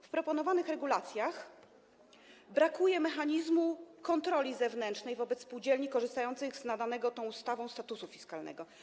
W proponowanych regulacjach brakuje mechanizmu kontroli zewnętrznej wobec spółdzielni korzystających z nadanego tą ustawą statusu fiskalnego.